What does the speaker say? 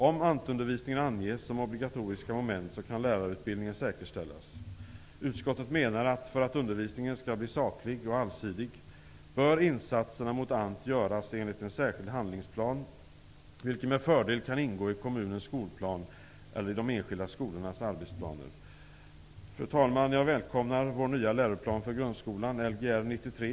Om ANT-undervisningen anges som ett obligatoriskt moment kan lärarutbildningen säkerställas. Utskottet menar att insatserna mot ANT, för att undervisningen skall bli saklig och allsidig, bör göras enligt en särskild handlingsplan, vilken med fördel kan ingå i kommunens skolplan eller i de enskilda skolornas arbetsplaner. Fru talman! Jag välkomnar vår nya läroplan för grundskolan, Lgr 93.